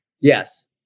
Yes